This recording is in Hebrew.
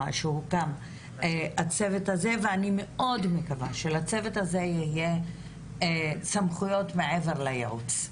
שהוקם הצוות הזה ואני מאוד מקווה שלצוות הזה יהיו סמכויות מעבר לייעוץ.